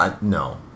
No